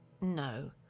No